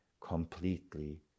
completely